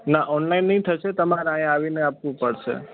ના ઓનલાઇન નહીં થશે તમારે અહીંયા આવીને આપવું પડશે